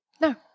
No